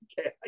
okay